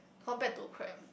compared to crab